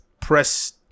press